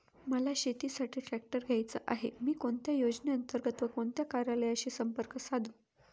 मला शेतीसाठी ट्रॅक्टर घ्यायचा आहे, मी कोणत्या योजने अंतर्गत व कोणत्या कार्यालयाशी संपर्क साधू?